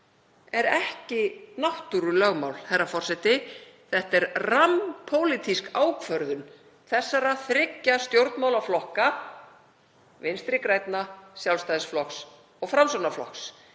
er ekki náttúrulögmál, herra forseti. Það er rammpólitísk ákvörðun þessara þriggja stjórnmálaflokka, Vinstri grænna, Sjálfstæðisflokks og Framsóknarflokks.